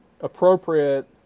appropriate